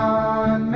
on